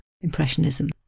Impressionism